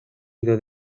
ido